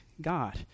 God